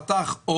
רתך.